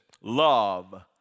love